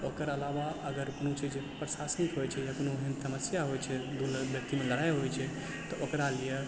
ओकर अलावा अगर कोनो चीज जे प्रशासनिक होय छै जखनो ओहन समस्या होइ छै दू व्यक्ति मे लड़ाई होइ छै तऽ ओकरा लिए